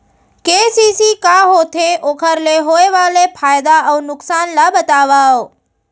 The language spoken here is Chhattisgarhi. के.सी.सी का होथे, ओखर ले होय वाले फायदा अऊ नुकसान ला बतावव?